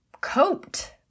coped